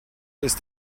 ist